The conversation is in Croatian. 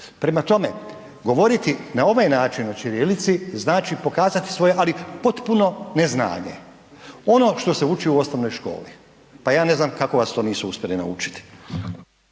Prema tome, govoriti na ovaj način znači pokazati svoje ali potpuno neznanje. Ono što se uči u osnovnoj školi. Pa ja ne znam kako vas to nisu uspjeli naučiti.